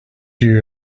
you